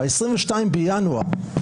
ב-22 בינואר,